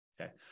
Okay